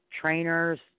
trainers